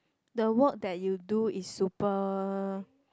the work that you do is super